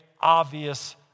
obvious